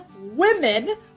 women